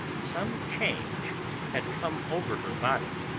some change had come over her body.